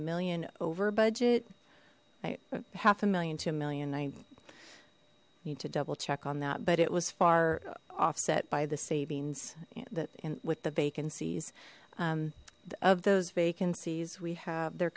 million over budget i half a million to a million i need to double check on that but it was far offset by the savings that with the vacancies of those vacancies we have the